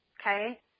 okay